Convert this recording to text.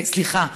סליחה,